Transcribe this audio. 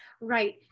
Right